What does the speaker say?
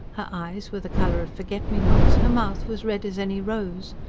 her eyes were the colour of forget-me-nots, her mouth was red as any rose.